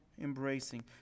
embracing